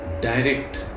direct